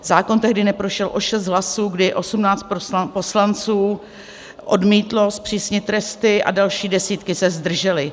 Zákon tehdy neprošel o 6 hlasů, kdy 18 poslanců odmítlo zpřísnit tresty a další desítky se zdržely.